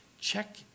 check